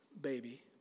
baby